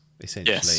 essentially